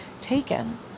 taken